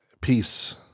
Peace